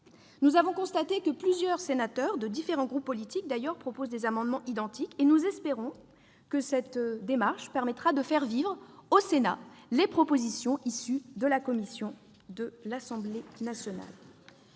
Nous avons constaté que plusieurs sénateurs de différents groupes politiques présentent des amendements identiques. Nous espérons que cette démarche permettra de faire vivre au Sénat les propositions issues de la commission de l'Assemblée nationale.